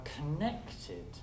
connected